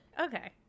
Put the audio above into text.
okay